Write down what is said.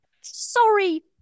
sorry